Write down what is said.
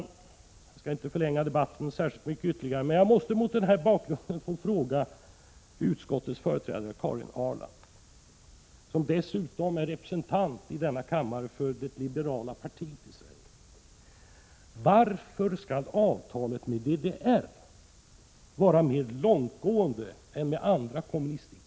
Jag skall inte förlänga debatten särskilt mycket, men jag måste mot denna bakgrund få fråga utskottets företrädare Karin Ahrland, som dessutom är representant i denna kammare för det liberala partiet i Sverige: Varför skall avtalet med DDR vara mer långtgående än avtal med andra kommunistdiktaturer?